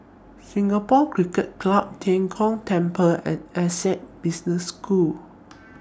Singapore Cricket Club Tian Kong Temple and Essec Business School